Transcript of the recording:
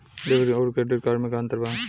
Debit आउर credit card मे का अंतर बा?